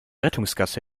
rettungsgasse